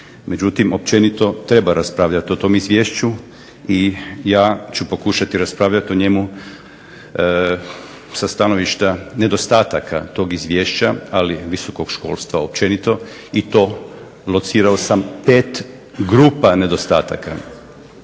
Međutim, općenito treba raspravljati o tom izvješću i ja ću pokušati raspravljati o njemu sa stanovišta nedostataka tog izvješća, ali visokog školstva općenito i to locirao sam 5 grupa nedostataka.